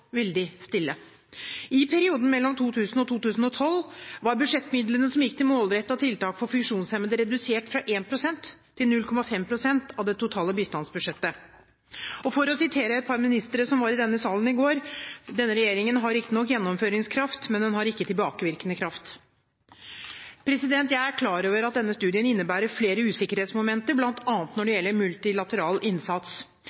veldig stille. I perioden mellom 2000 og 2012 var budsjettmidlene som gikk til målrettede tiltak for funksjonshemmede, redusert fra 1 pst. til 0,5 pst. av det totale bistandsbudsjettet. For å referere det en minister som var i denne sal i går, sa: Denne regjeringen har riktignok gjennomføringskraft, men den har ikke tilbakevirkende kraft. Jeg er klar over at denne studien innebærer flere usikkerhetsmomenter, bl.a. når det